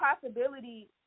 possibility